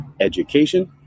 education